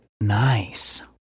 nice